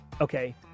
Okay